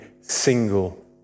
single